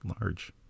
large